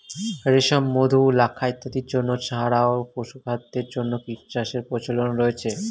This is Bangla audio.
রেশম, মধু, লাক্ষা ইত্যাদির জন্য ছাড়াও পশুখাদ্যের জন্য কীটচাষের প্রচলন রয়েছে